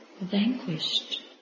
vanquished